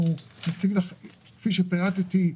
כפי שפירטתי,